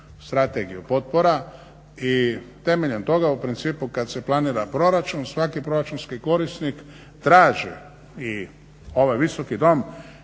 strategiju potpora i temeljem toga u principu kad se planira proračun svaki proračunski korisnik traži i ovaj Visoki dom